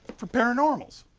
for paranormals.